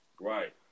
Right